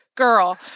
Girl